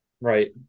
Right